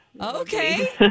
Okay